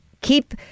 keep